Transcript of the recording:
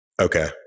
Okay